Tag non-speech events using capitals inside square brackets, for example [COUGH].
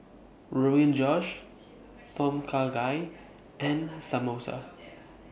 [NOISE] Rogan Josh Tom Kha Gai and Samosa